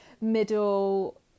middle